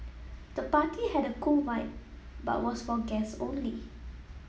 the party had a cool vibe but was for guests only